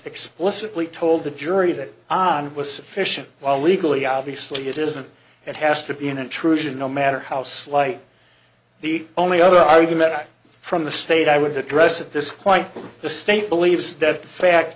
explicitly told the jury that on was sufficient while legally obviously it isn't it has to be an intrusion no matter how slight the only other argument from the state i would address at this point the state believes that the fact